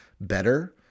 better